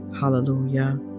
hallelujah